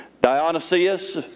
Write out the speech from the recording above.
Dionysius